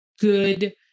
good